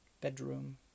bedroom